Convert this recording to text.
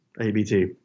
ABT